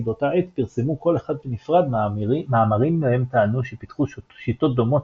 באותה עת פרסמו כל אחד בנפרד מאמרים בהם טענו שפיתחו שיטות דומות